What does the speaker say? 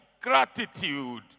gratitude